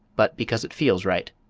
but because it feels right.